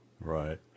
Right